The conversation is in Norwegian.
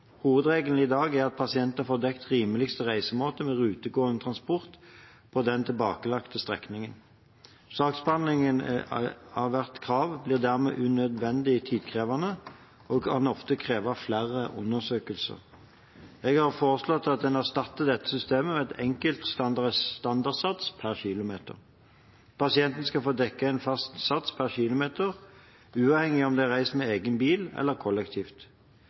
Hovedregelen i dag er at pasienten får dekket rimeligste reisemåte med rutegående transport på den tilbakelagte strekningen. Saksbehandlingen av hvert krav blir dermed unødvendig tidkrevende og kan ofte kreve flere undersøkelser. Jeg har foreslått at en erstatter dette systemet med en enkel standardsats per kilometer. Pasientene skal få dekket en fast sats per kilometer, uavhengig av om de har reist med egen bil eller kollektivt.